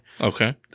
Okay